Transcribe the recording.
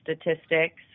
statistics